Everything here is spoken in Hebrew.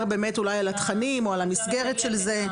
באמת אולי על התכנים או על המסגרת של זה,